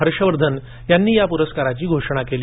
हर्षवर्धन यांनी या पुरस्कारची घोषणा केली